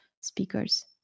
speakers